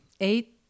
eight